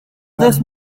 this